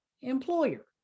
employer